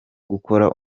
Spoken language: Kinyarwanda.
gukora